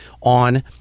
on